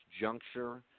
juncture –